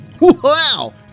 Wow